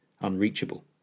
Unreachable